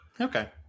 Okay